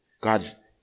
God's